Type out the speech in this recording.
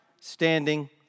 standing